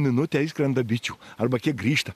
minutę išskrenda bičių arba kiek grįžta